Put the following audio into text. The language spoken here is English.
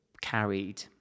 carried